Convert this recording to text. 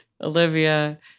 Olivia